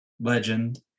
legend